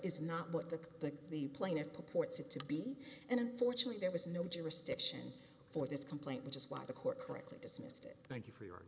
is not what the the plaintiff purports it to be and unfortunately there was no jurisdiction for this complaint which is why the court currently dismissed it thank you for your